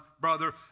brother